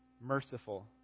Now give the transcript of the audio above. merciful